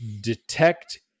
detect